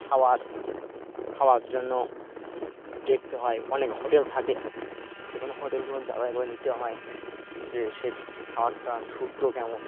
খাওয়ার খাওয়ার জন্য দেখতে হয় অনেক হোটেল থাকে সেখানেও হোটেলগুলোর যাচাই করে নিতে হয় যে সে খাবারটা শুদ্ধ কেমন